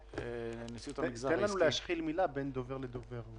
תן לנו להשחיל מילה בין דובר לדובר.